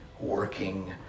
working